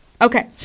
Okay